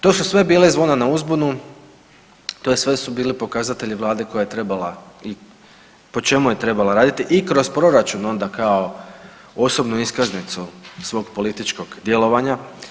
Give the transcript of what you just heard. To su sve bila zvona na uzbunu, to sve su bili pokazatelji Vlade koja je trebala i po čemu je trebala raditi i kroz proračun onda kao osobnu iskaznicu svog političkog djelovanja.